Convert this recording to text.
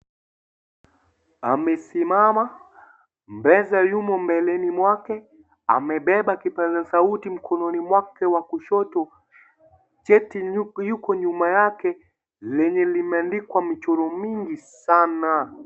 Amesimama . Meza yumo mbeleni mwake . Amebeba kipaza sauti mkononi mwake wa kushoto. Cheti yuko nyuma yake lenye limeandikwa michoro mingi sana .